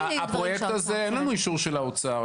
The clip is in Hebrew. הפרויקט הזה, אין לנו אישור של האוצר.